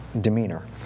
demeanor